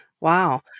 Wow